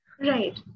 Right